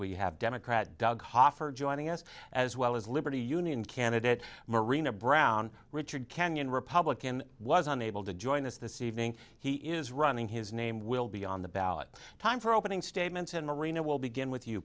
we have democrat doug hoffer joining us as well as liberty union candidate marina brown richard canyon republican was unable to join us this evening he is running his name will be on the ballot time for opening statements in the arena will begin with you